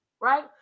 right